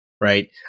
right